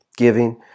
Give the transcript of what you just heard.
giving